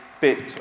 bit